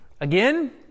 again